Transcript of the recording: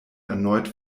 erneut